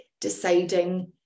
deciding